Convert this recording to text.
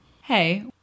Hey